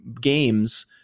games